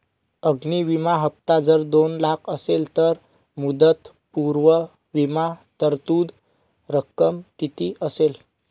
अग्नि विमा हफ्ता जर दोन लाख असेल तर मुदतपूर्व विमा तरतूद रक्कम किती असेल?